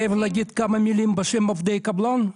אני רוצה להגיד כמה מילים בשם עובדי הקבלן.